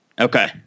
Okay